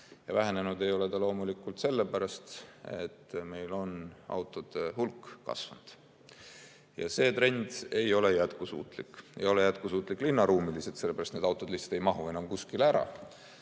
vähenenud ei ole ta loomulikult sellepärast, et meil on autode hulk kasvanud. See trend ei ole jätkusuutlik. See ei ole jätkusuutlik linnaruumiliselt, sellepärast et need autod lihtsalt ei mahu enam kuskile ära,